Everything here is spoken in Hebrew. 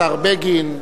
השר בגין.